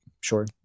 Sure